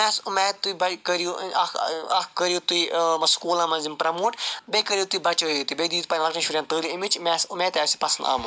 مےٚ آسہِ اُمید تُہۍ کٔرِو اکھ اکھ کٔرِو تُہۍ یِمن سکوٗلن منٛز یِم پرٛیموٹ بیٚیہِ کٔرِو تُہۍ بچٲوِو تہِ یہِ بیٚیہِ دِیِو تُہۍ پنٕنٮ۪ن شُرٮ۪ن تٲلیٖم اَمِچ مےٚ آسہِ اُمید تۅہہِ آسہِ یہِ پسنٛد آمُت